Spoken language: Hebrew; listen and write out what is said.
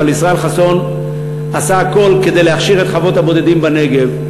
אבל ישראל חסון עשה הכול כדי להכשיר את חווֹת הבודדים בנגב.